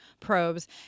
probes